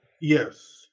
Yes